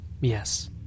Yes